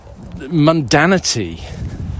mundanity